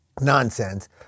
Nonsense